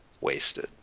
wasted